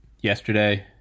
yesterday